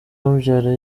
umubyara